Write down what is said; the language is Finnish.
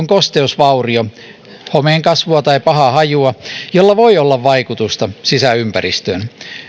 kosteusvaurio homeenkasvua tai pahaa hajua jolla voi olla vaikutusta sisäympäristöön